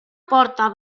porta